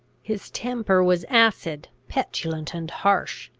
his temper was acid, petulant, and harsh.